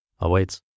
awaits